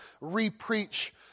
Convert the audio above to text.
re-preach